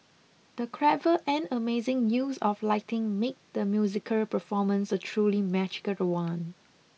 the clever and amazing use of lighting made the musical performance a truly magical one